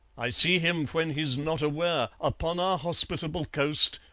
i see him when he's not aware, upon our hospitable coast,